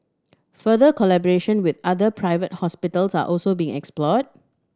further collaboration with other private hospitals are also being explored